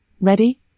ready